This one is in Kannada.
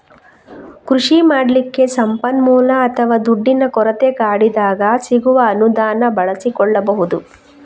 ಕೃಷಿ ಮಾಡ್ಲಿಕ್ಕೆ ಸಂಪನ್ಮೂಲ ಅಥವಾ ದುಡ್ಡಿನ ಕೊರತೆ ಕಾಡಿದಾಗ ಸಿಗುವ ಅನುದಾನ ಬಳಸಿಕೊಳ್ಬಹುದು